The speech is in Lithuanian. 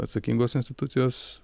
atsakingos institucijos